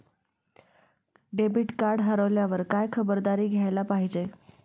Debit card हरवल्यावर काय खबरदारी घ्यायला पाहिजे?